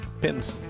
pins